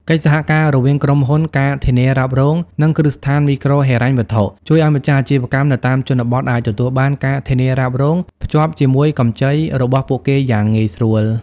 កិច្ចសហការរវាងក្រុមហ៊ុន ការធានារ៉ាប់រង និងគ្រឹះស្ថានមីក្រូហិរញ្ញវត្ថុ ជួយឱ្យម្ចាស់អាជីវកម្មនៅតាមជនបទអាចទទួលបាន ការធានារ៉ាប់រង ភ្ជាប់ជាមួយកម្ចីរបស់ពួកគេយ៉ាងងាយស្រួល។